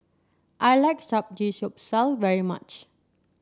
I like Samgeyopsal very much